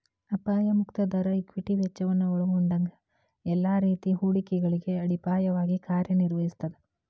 ಅಪಾಯ ಮುಕ್ತ ದರ ಈಕ್ವಿಟಿ ವೆಚ್ಚವನ್ನ ಒಲ್ಗೊಂಡಂಗ ಎಲ್ಲಾ ರೇತಿ ಹೂಡಿಕೆಗಳಿಗೆ ಅಡಿಪಾಯವಾಗಿ ಕಾರ್ಯನಿರ್ವಹಿಸ್ತದ